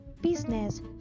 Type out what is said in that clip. business